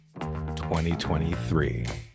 2023